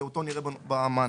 שאותו נראה במענק.